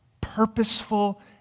purposeful